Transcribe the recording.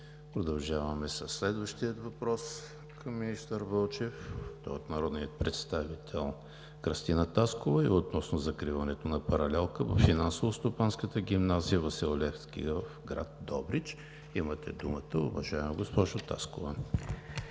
Продължаваме със следващия въпрос към министър Вълчев. Той е от народния представител Кръстина Таскова и е относно закриването на паралелка във Финансово-стопанската гимназия „Васил Левски“ в град Добрич. Имате думата, уважаема госпожо Таскова.